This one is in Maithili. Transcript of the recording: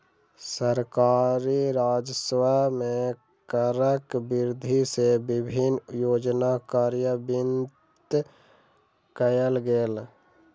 सरकारी राजस्व मे करक वृद्धि सँ विभिन्न योजना कार्यान्वित कयल गेल